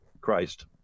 Christ